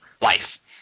life